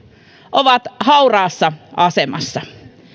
ovat hauraassa asemassa